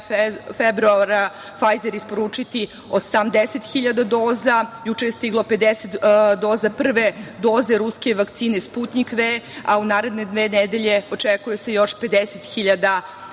februara „Fajzer“ isporučiti 80.000 doza. Juče je stiglo 50 doza prve doze ruske vakcine „Sputnjik V“, a u naredne dve nedelje očekuje se još 50.000 druge